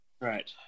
right